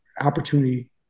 opportunity